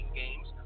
games